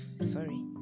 sorry